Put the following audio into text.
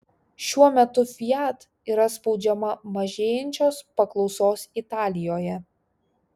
šiuo metu fiat yra spaudžiama mažėjančios paklausos italijoje